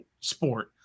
sport